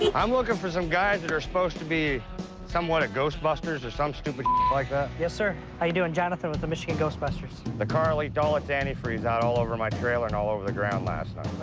i'm looking for some guys that are supposed to be somewhat a ghostbusters or some stupid like that. yes, sir. how you doing? jonathan with the michigan ghostbusters. the car leaked all its antifreeze out all over my trailer and all over the ground last night.